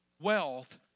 wealth